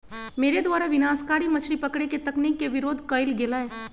मेरे द्वारा विनाशकारी मछली पकड़े के तकनीक के विरोध कइल गेलय